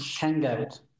Hangout